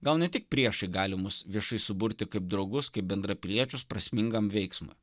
gal ne tik priešai gali mus viešai suburti kaip draugus kaip bendrapiliečius prasmingam veiksmui